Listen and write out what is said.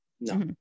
no